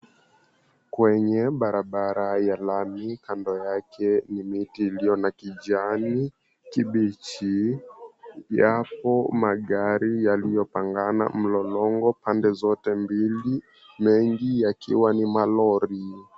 Kwenye barabara ya lami kando yake ni miti iliyo na kijani kibichi. Yapo magari yaliyopangana mlolongo pande zote mbili, mengi yakiwa ni malori.